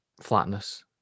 flatness